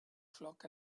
flock